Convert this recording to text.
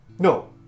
No